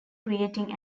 creating